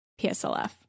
PSLF